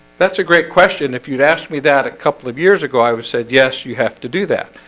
that's a great question. if you'd asked me that a couple of years ago, i would said yes, you have to do that